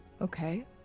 okay